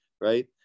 right